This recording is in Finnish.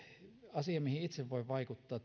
asia mihin itse voin vaikuttaa